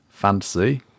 Fantasy